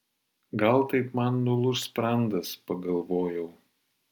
gal taip man nulūš sprandas pagalvojau